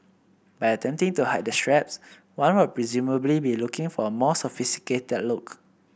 by attempting to hide the straps one would presumably be looking for a more sophisticated look